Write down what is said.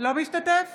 אינו משתתף